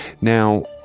Now